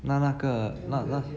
那那个那那